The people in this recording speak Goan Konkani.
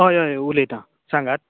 हय हय उलयता सांगात